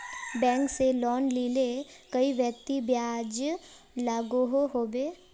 Bank से loan लिले कई व्यक्ति ब्याज लागोहो होबे?